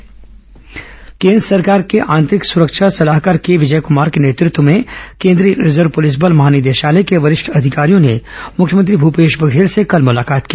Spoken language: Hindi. विजय कमार सीएम मुलाकात केन्द्र सरकार के आंतरिक सुरक्षा सलाहकार के विजय कुमार के नेतृत्व में केंद्रीय रिजर्व पुलिस बल महानिदेशालय के वरिष्ठ अधिकारियों ने मुख्यमंत्री भूपेश बघेल से कल मुलाकात की